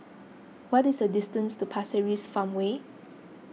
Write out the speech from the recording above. what is the distance to Pasir Ris Farmway